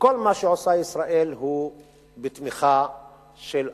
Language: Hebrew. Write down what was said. שכל מה שעושה ישראל הוא בתמיכה של ארצות-הברית.